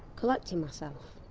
collecting m'self,